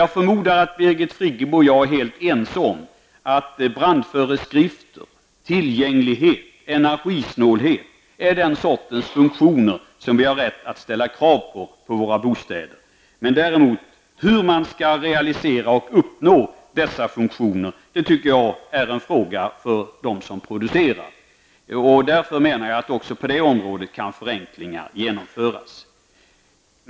Jag förmodar att Birgit Friggebo och jag är helt ense om att brandföreskrifter, tillgänglighet och energisnålhet är den sortens funktioner som vi har rätt att ställa krav på i våra bostäder. Hur man däremot skall realisera och uppnå dessa funktioner tycker jag är en fråga för dem som producerar. Därför menar jag att förenklingar kan genomföras också på det området.